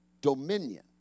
dominion